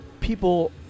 people